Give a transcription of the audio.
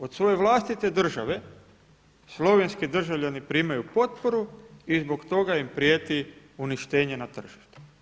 Od svoje vlastite države slovenski državljani primaju potporu i zbog toga im prijeti uništenje na tržištu.